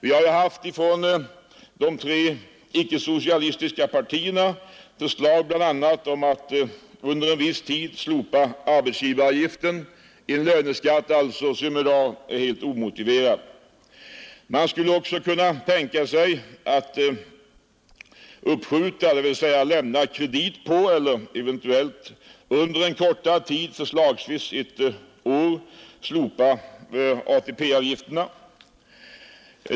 Vi har från de tre icke-socialistiska partierna bl.a. framfört förslag om att för en viss tid slopa arbetsgivaravgiften, en löneskatt som i dag är helt omotiverad. Man skulle också kunna tänka sig att för en kortare tid, förslagsvis ett år, bevilja anstånd med inbetalningen av eller slopa ATP-avgifterna.